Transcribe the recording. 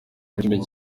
kimwe